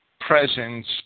presence